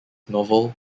novel